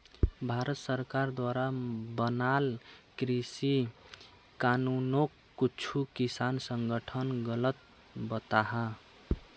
भारत सरकार द्वारा बनाल कृषि कानूनोक कुछु किसान संघठन गलत बताहा